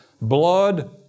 Blood